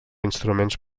instruments